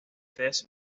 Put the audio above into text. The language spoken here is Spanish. test